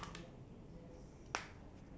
industrial strength